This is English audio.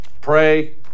pray